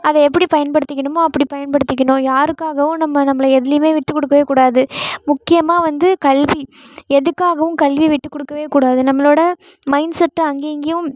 அதை எப்படி பயன்படுத்திக்கணுமோ அப்படி பயன்படுத்திக்கணும் யாருக்காகவும் நம்ம நம்மளை எதுலேயுமே விட்டு கொடுக்கவேக்கூடாது முக்கியமாக வந்து கல்வி எதுக்காகவும் கல்வியை விட்டு கொடுக்கவேக்கூடாது நம்மளோடய மைண்ட்செட் அங்கே இங்கேயும்